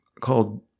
called